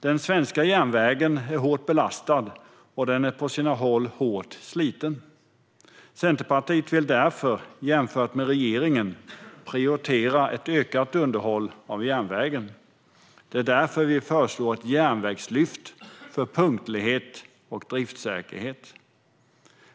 Den svenska järnvägen är hårt belastad, och den är på sina håll hårt sliten. Centerpartiet vill därför - jämfört med regeringen - prioritera ett ökat underhåll av järnvägen. Det är därför som vi föreslår ett järnvägslyft för punktlighet och driftssäkerhet.